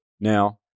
Now